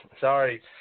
Sorry